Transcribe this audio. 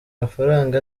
mafaranga